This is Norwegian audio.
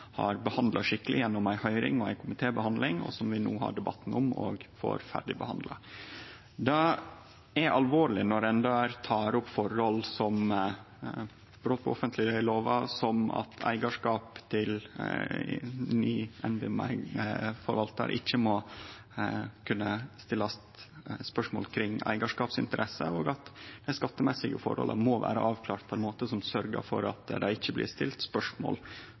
har behandla skikkeleg gjennom ei høyring – og vi har hatt ei komitébehandling – og som vi no har debatt om og får ferdigbehandla. Det er alvorleg når ein der tek opp forhold som brot på offentleglova, som at det ved den nye NBIM-forvaltaren ikkje må kunne stillast spørsmål kring eigarskapsinteresser, og som at dei skattemessige forholda må vere avklarte på ein måte som sørgjer for at det ikkje blir stilt spørsmål